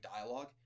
dialogue